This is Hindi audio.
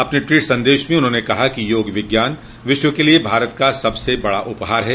अपने ट्वीट संदेश में उन्होंने कहा कि योग विज्ञान विश्व के लिए भारत का सबसे बड़ा उपहार है